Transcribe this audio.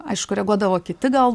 aišku reaguodavo kiti gal